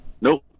Nope